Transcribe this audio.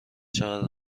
چقدر